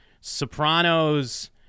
Sopranos